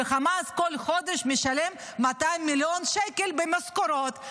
וחמאס כל חודש משלם 200 מיליון שקל במשכורות.